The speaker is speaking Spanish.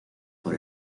por